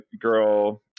girl